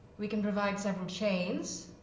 we can provide several chains.